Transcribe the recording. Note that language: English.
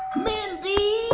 mindy